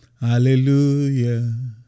Hallelujah